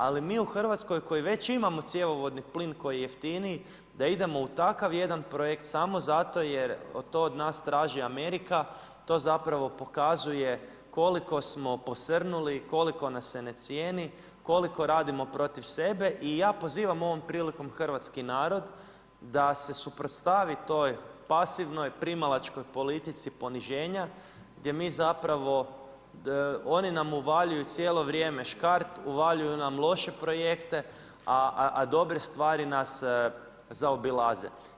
Ali, mi u Hrvatskoj, koji već imamo cjevovodni plin, koji je jeftiniji, da idemo u takav jedan projekt, samo zato jer to od nas traži Amerika, to zapravo pokazuje koliko smo posrnuli, koliko nas se ne cijeni, koliko radimo protiv sebe i ja pozivam ovom prilikom hrvatski narod, da se suprotstavi toj pasivnoj primalačkoj politici poniženja, gdje mi zapravo oni nam uvaljuju cijelo vrijeme škart, uvaljuju nam loše projekte, a dobre stvari nas zaobilaze.